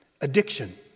addiction